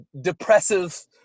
depressive